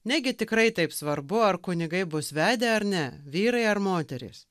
negi tikrai taip svarbu ar kunigai bus vedę ar ne vyrai ar moterys